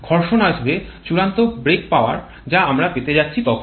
ঘর্ষণ আসবে চূড়ান্ত ব্রেক পাওয়ার যা আমরা পেতে যাচ্ছি তখন